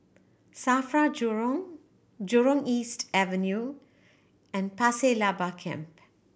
SAFRA Jurong Jurong East Avenue and Pasir Laba Camp